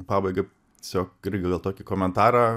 pabaigai tiesiog irgi gal tokį komentarą